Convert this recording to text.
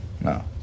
No